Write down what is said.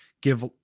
give